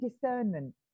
discernment